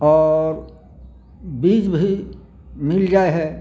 आओर बीज भी मिल जाइ है